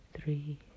three